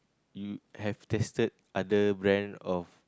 you have tested other brand of